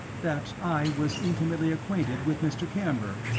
that i was intimately acquainted with mr. camber.